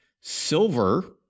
Silver